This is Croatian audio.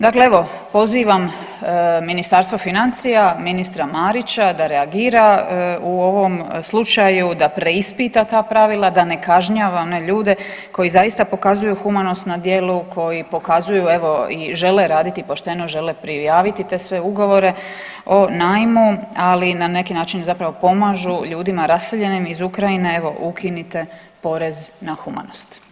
Dakle evo, pozivam Ministarstvo financija, ministra Marića da reagira u ovom slučaju, da preispita ta pravila, da ne kažnjava one ljude koji zaista pokazuju humanost na djelu, koji pokazuju evo i žele raditi pošteno, žele prijaviti te sve ugovore o najmu, ali na neki način zapravo pomažu ljudima raseljenim iz Ukrajine, evo ukinite porez na humanost.